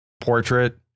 portrait